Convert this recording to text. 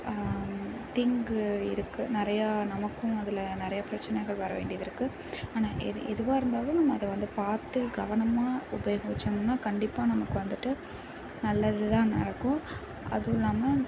தீங்கு இருக்குது நிறையா நமக்கும் அதில் நிறையா பிரச்சனைகள் வர வேண்டியது இருக்குது ஆனால் எது எதுவாக இருந்தாலும் நம்ம அதை வந்து பார்த்து கவனமாக உபயோகிச்சோம்னா கண்டிப்பாக நமக்கு வந்துட்டு நல்லது தான் நடக்கும் அதுவும் இல்லாமல்